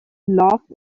laughed